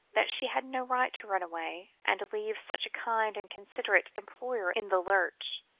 that she had no right to run away, and leave such a kind and considerate employer in the lurch.